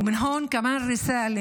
ודבר נוסף,